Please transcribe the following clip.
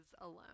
alone